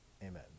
Amen